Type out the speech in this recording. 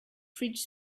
fridge